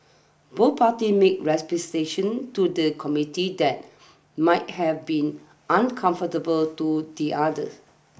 both party made representations to the Committee that might have been uncomfortable to the other